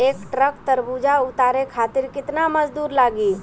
एक ट्रक तरबूजा उतारे खातीर कितना मजदुर लागी?